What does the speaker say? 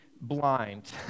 blind